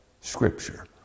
scripture